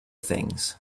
things